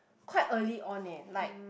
quite early on eh like